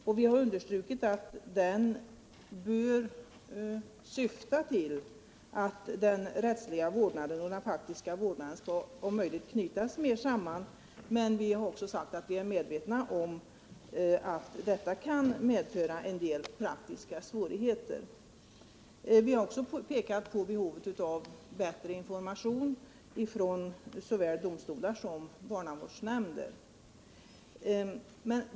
Den bör enligt vår mening syfta till att den rättsliga och den faktiska vårdnaden om möjligt knyts mer samman. Men vi har även sagt att vi är medvetna om att det kan medföra en del praktiska svårigheter. Vi har också pekat på behovet av bättre information från såväl domstolar som barnavårdsnämnder.